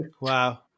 Wow